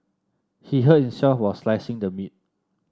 he hurt himself while slicing the meat